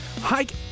hike